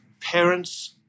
parents